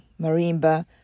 marimba